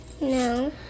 No